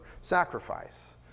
sacrifice